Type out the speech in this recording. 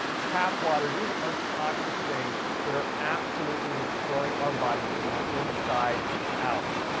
tap water, these are toxic things that are absolutely destroying our bodies from the inside out.